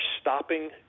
stopping